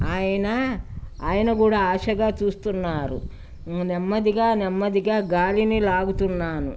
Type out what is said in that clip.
ఆయన ఆయన గూ కూడా ఆశగా చూస్తున్నారు నెమ్మదిగా నెమ్మదిగా గాలిని లాగుతున్నాను